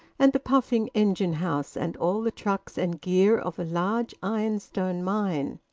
and the puffing engine-house and all the trucks and gear of a large ironstone mine.